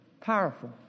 powerful